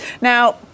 Now